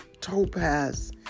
topaz